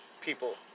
people